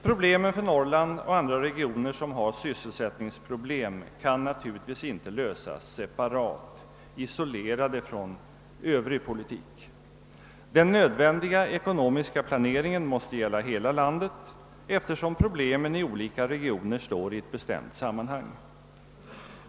Problemen för Norrland och andra regioner som har sysselsättningssvårigheter kan naturligtvis inte lösas separat, isolerade från övrig politik. Den nödvändiga ekonomiska planeringen måste gälla hela landet, eftersom problemen i olika regioner står i ett bestämt sammanhang.